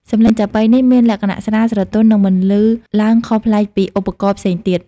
សម្លេងចាបុីនេះមានលក្ខណៈស្រាល ស្រទន់ និងបន្លឺឡើងខុសប្លែកពីឧបករណ៍ផ្សេងទៀត។